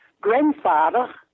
grandfather